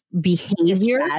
behavior